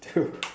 to